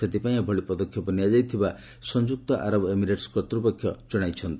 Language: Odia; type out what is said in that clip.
ସେଥିପାଇଁ ଏଭଳି ପଦକ୍ଷେପ ନିଆଯାଇଥିବା ସଂଯୁକ୍ତ ଆରବ ଏମିରେଟସ୍ କର୍ତ୍ତପକ୍ଷ ଜଣାଇଛନ୍ତି